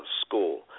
school